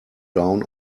down